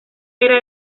era